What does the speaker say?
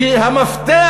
המפתח